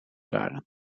waren